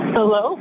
Hello